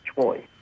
choice